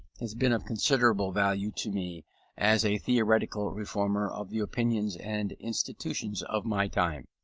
has been of considerable value to me as a theoretical reformer of the opinions and institutions of my time.